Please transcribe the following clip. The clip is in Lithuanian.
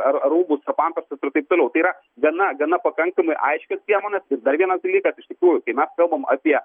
ar rūbus ar pampersus ir taip toliau tai yra gana gana pakankamai aiškios priemonės ir dar vienas dalykas iš tikrųjų kai mes kalbam apie